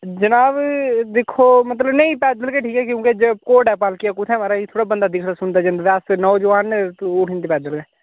जनाब दिक्खो मतलब नेईं पैदल गै ठीक ऐ क्योंकि घोड़ा पालकियै कुत्थै महाराज थोह्ड़ा बंदा दिखदा सुनदा जंदा ते अस नौजवान न उठी जंदे पैदल गै